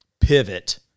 pivot